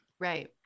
Right